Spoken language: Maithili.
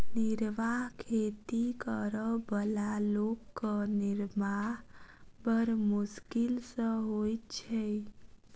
निर्वाह खेती करअ बला लोकक निर्वाह बड़ मोश्किल सॅ होइत छै